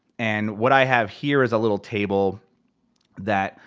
and what i have here is a little table that,